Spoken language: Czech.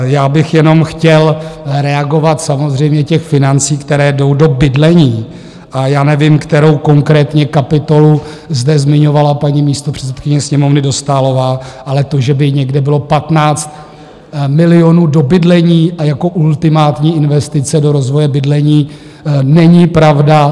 Já bych jenom chtěl reagovat samozřejmě těch financí, kterou jdou do bydlení, a já nevím, kterou konkrétně kapitolu zde zmiňovala paní místopředsedkyně Sněmovny Dostálová, ale to, že by někde bylo 15 milionů do bydlení a jako ultimátní investice do rozvoje bydlení, není pravda.